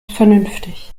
vernünftig